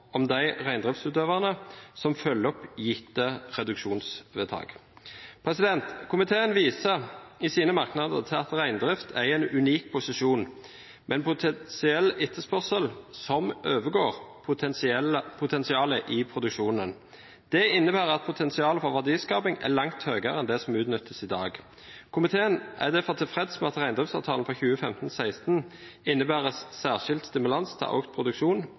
om de reindriftsutøverne som følger opp gitte reduksjonsvedtak. Komiteen viser i sine merknader til at «reindriften er i en unik posisjon, med en potensiell etterspørsel som overgår potensialet i produksjonen». Og videre: «Det innebærer at potensialet for verdiskaping er langt høyere enn det som utnyttes i dag. Komiteen er derfor tilfreds med at Reindriftsavtalen for 2015/2016 innebærer særskilt stimulans til økt produksjon